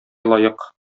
лаек